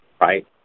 Right